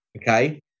Okay